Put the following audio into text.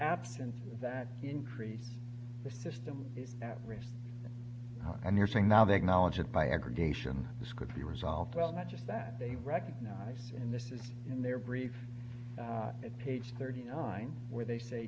absent that increase the system is at risk and you're saying now that knowledge that by aggregation this could be resolved well not just that they recognise in this is in their brief at page thirty nine where they say